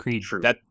true